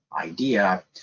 idea